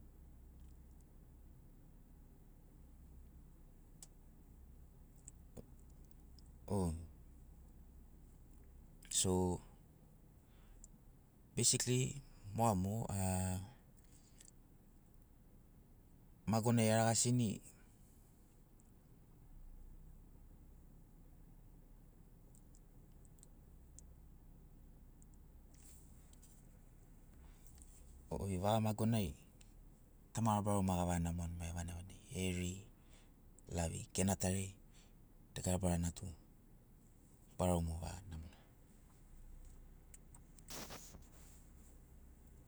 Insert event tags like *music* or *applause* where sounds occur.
*hesitation* o so beisikli moga mogo. *hesitation* magonai aragasini. *hesitation* Oi vaga magonai tamara barau ma gavaga namoani vanagi vanagi evri lavi genatariai, dagara barana tu barau mogo avaga namoani *noise*